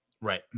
right